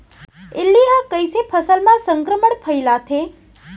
इल्ली ह कइसे फसल म संक्रमण फइलाथे?